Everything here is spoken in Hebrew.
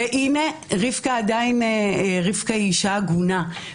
והנה רבקה היא עדיין אישה עגונה.